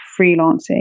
freelancing